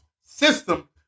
system